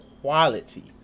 Quality